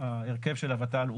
ההרכב של הות"ל,